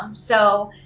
um so,